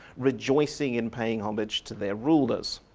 rejoicing in paying homage to their rulers'.